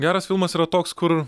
geras filmas yra toks kur